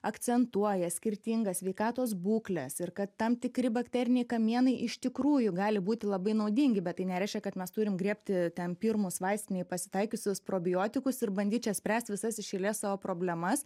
akcentuoja skirtingas sveikatos būkles ir kad tam tikri bakteriniai kamienai iš tikrųjų gali būti labai naudingi bet tai nereiškia kad mes turim griebti ten pirmus vaistinėj pasitaikiusius probiotikus ir bandyt čia spręst visas iš eilės savo problemas